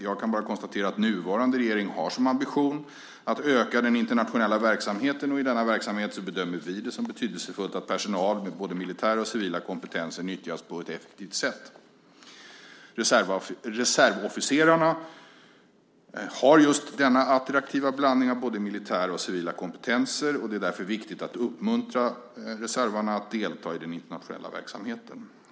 Jag kan bara konstatera att nuvarande regering har som ambition att öka den internationella verksamheten, och i denna verksamhet bedömer vi det som betydelsefullt att personal med både militära och civila kompetenser nyttjas på ett effektivt sätt. Reservofficerare har just denna attraktiva blandning av både militära och civila kompetenser, och det är därför viktigt att uppmuntra reservarna att delta i den internationella verksamheten.